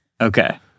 okay